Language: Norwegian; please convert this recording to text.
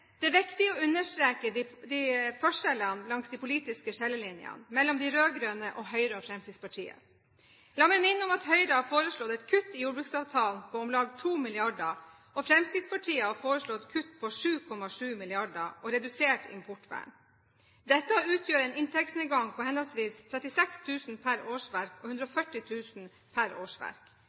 Det er viktig å understreke forskjellene langs de politiske skillelinjene, mellom de rød-grønne og Høyre og Fremskrittspartiet. La meg minne om at Høyre har foreslått et kutt i jordbruksavtalen på om lag 2 mrd. kr, og Fremskrittspartiet har foreslått kutt på 7,7 mrd. kr og redusert importvern. Dette utgjør en inntektsnedgang på henholdsvis 36 000 kr per årsverk og 140 000 kr per årsverk.